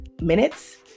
minutes